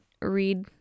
read